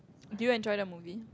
do you enjoy the movie